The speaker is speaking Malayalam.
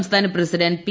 സംസ്ഥാന പ്രസിഡന്റ് പി